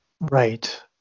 Right